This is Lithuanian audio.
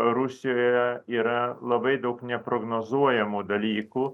rusijoje yra labai daug neprognozuojamų dalykų